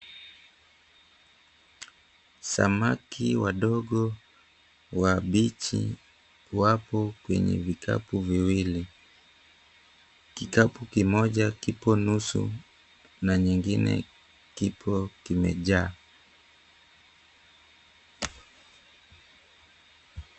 Samaki wadogo wabichi wapo kwenye vikapu viwili. Kikapu kimoja kipo nusu na nyingine kipo kimejaa.